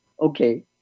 Okay